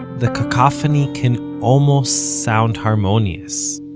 the cacophony can almost sound harmonious